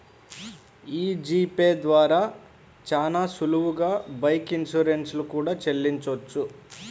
యీ G pay ద్వారా చానా సులువుగా బైక్ ఇన్సూరెన్స్ లు కూడా చెల్లించొచ్చు